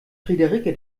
friederike